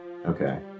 Okay